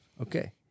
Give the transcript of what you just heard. Okay